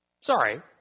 Sorry